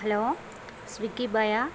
hello Swiggy பாயா